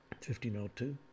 1502